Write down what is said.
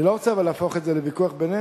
אבל אני לא רוצה להפוך את זה לוויכוח בינינו,